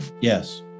Yes